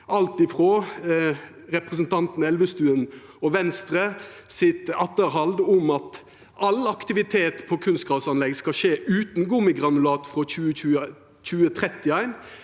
alt frå representanten Elvestuen og Venstre sitt atterhald om at all aktivitet på kunstgrasanlegg skal skje utan gummigranulat frå 2031,